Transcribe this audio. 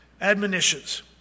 admonitions